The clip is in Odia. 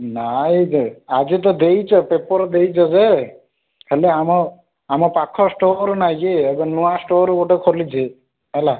ନାଇ ଯେ ଆଜି ତ ଦେଇଛ ପେପର୍ ଦେଇଛ ଯେ ହେଲେ ଆମ ଆମ ପାଖ ଷ୍ଟୋର୍ ନାହିଁ କି ଏବେ ନୂଆ ଷ୍ଟୋର୍ ଗୋଟେ ଖୋଲିଛି ହେଲା